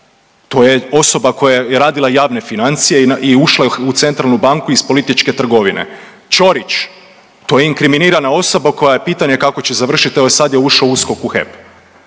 to je osoba koja je radila javne financije i ušla je u centralnu banku iz političke trgovine. Ćorić, to je inkriminirana osoba koja je pitanje kako će završit, evo sad je ušao USKOK u HEP,